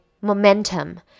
momentum